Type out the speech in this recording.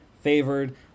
favored